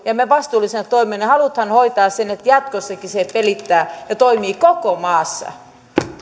ja me vastuullisena toimijana haluamme hoitaa niin että jatkossakin se pelittää ja toimii koko maassa